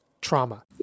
trauma